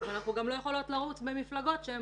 ואנחנו גם לא יכולות לרוץ במפלגות שהן